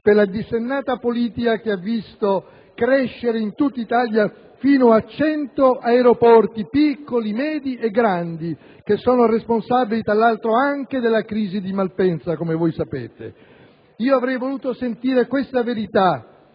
per una dissennata politica che ha visto crescere in tutta Italia fino a 100 aeroporti, piccoli, medi e grandi, responsabili, tra l'altro, anche della crisi di Malpensa, come sapete. Oggi avrei voluto sentire questa verità